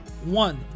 One